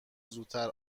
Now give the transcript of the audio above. زودتر